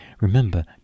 Remember